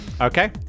Okay